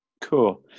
Cool